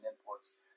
imports